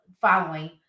following